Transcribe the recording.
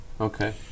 Okay